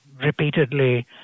repeatedly